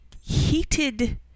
heated